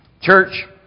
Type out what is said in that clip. Church